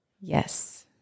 Yes